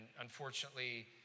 unfortunately